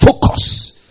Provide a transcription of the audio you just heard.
focus